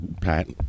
Pat